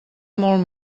molt